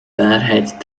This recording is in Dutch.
waarheid